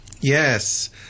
Yes